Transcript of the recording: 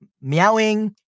meowing